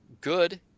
good